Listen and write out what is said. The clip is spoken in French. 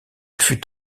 fut